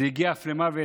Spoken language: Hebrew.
זה הגיע אף למוות?